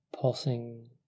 pulsing